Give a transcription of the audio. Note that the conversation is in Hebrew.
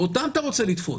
ואותם אתה רוצה לתפוס,